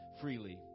freely